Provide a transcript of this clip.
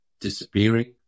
disappearing